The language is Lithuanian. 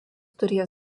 turėjo